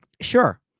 Sure